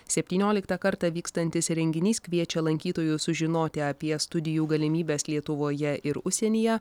septynioliktą kartą vykstantis renginys kviečia lankytojus sužinoti apie studijų galimybes lietuvoje ir užsienyje